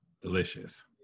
delicious